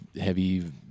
heavy